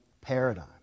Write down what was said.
paradigm